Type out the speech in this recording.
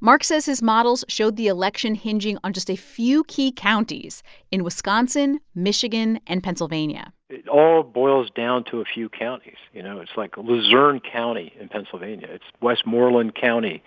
mark says his models showed the election hinging on just a few key counties in wisconsin, michigan and pennsylvania it all boils down to a few counties. you know, it's like luzerne county in pennsylvania. it's westmoreland county